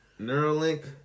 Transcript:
Neuralink